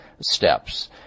steps